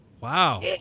Wow